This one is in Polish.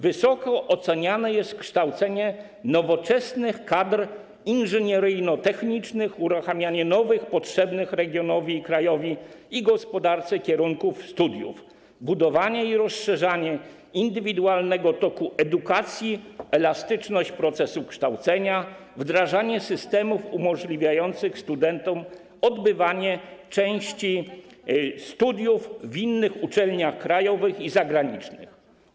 Wysoko oceniane jest kształcenie nowoczesnych kadr inżynieryjno-technicznych, uruchamianie nowych potrzebnych regionowi, krajowi i gospodarce kierunków studiów, budowanie i rozszerzanie indywidualnego toku edukacji, elastyczność procesu kształcenia, wdrażanie systemów umożliwiających studentom odbywanie części studiów na innych uczelniach krajowych i zagranicznych.